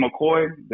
McCoy